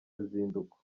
ruzinduko